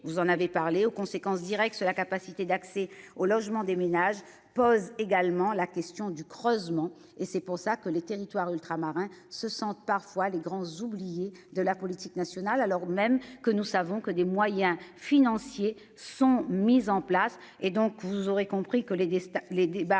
Vous en avez parlé aux conséquences directes sur la capacité d'accès au logement des ménages pose également la question du creusement et c'est pour ça que les territoires ultramarins se sentent parfois les grands oubliés de la politique nationale, alors même que nous savons que des moyens financiers sont mises en place et donc vous aurez compris que les les débats